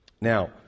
Now